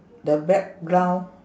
the back brown